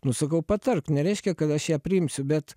nu sakau patark nereiškia kad aš ją priimsiu bet